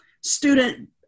student